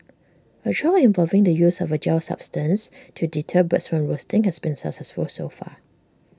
A trial involving the use of A gel substance to deter birds from roosting has been successful so far